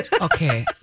Okay